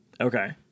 okay